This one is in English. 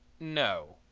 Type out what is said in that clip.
no.